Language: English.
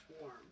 warm